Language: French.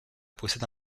possède